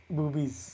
Boobies